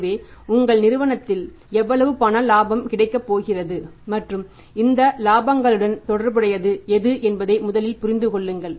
எனவே உங்கள் நிறுவனத்தில் எவ்வளவு பணம் இலாபம் கிடைக்கப் போகிறது மற்றும் இந்த இலாபங்களுடன் தொடர்புடையது எது என்பதை முதலில் புரிந்து கொள்ளுங்கள